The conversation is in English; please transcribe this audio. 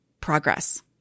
progress